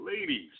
Ladies